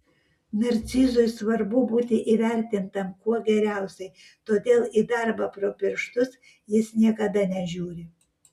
narcizui svarbu būti įvertintam kuo geriausiai todėl į darbą pro pirštus jis niekada nežiūri